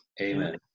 Amen